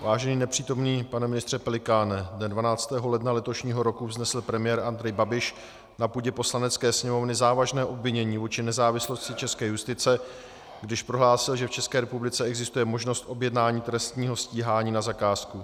Vážený nepřítomný pane ministře Pelikáne, dne 12. ledna letošního roku vznesl premiér Andrej Babiš na půdě Poslanecké sněmovny závažné obvinění vůči nezávislosti české justice, když prohlásil, že v České republice existuje možnost objednání trestního stíhání na zakázku.